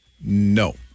No